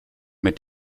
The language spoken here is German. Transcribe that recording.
mit